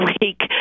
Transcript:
week